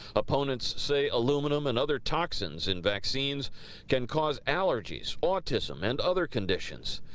opponents say aluminum and other toxins in vaccines can cause allergies, autism and other conditions.